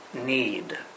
Need